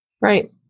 Right